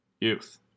Youth